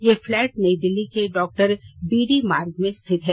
ये फ्लैट नई दिल्ली के डॉक्टर बी डी मार्ग में स्थित हैं